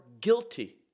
guilty